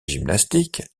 gymnastique